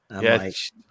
Yes